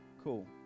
cool